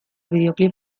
bideoklip